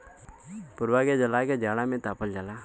पुवरा के जला के जाड़ा में तापल जाला